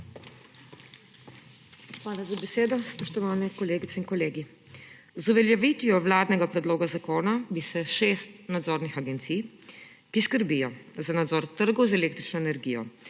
Hvala za besedo. Spoštovani kolegice in kolegi! Z uveljavitvijo vladnega predloga zakona bi se šest nadzornih agencij, ki skrbijo za nadzor trgov z električno energijo,